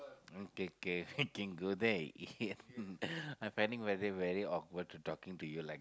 okay okay we can go there and eat I find it very very awkward to talking to you like